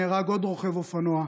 נהרג עוד רוכב אופנוע,